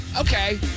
Okay